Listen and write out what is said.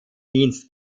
dienst